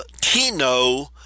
tino